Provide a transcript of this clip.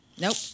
Nope